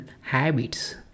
habits